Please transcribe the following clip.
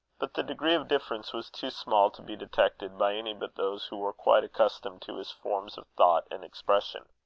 but the degree of difference was too small to be detected by any but those who were quite accustomed to his forms of thought and expression.